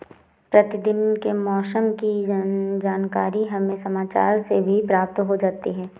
प्रतिदिन के मौसम की जानकारी हमें समाचार से भी प्राप्त हो जाती है